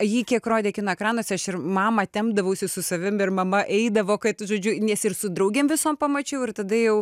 jį kiek rodė kino ekranuose aš ir mamą tempdavausi su savim ir mama eidavo kad žodžiu nes ir su draugėm visom pamačiau ir tada jau